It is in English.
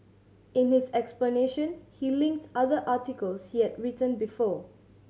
in his explanation he linked other articles he has written before